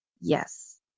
Yes